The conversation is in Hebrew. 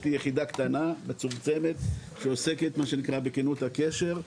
יש לי יחידה קטנה מצומצמת שעוסקת בתקינות הקשר.